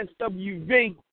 SWV